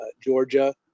Georgia